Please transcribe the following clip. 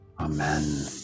Amen